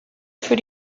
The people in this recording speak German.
für